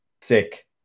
sick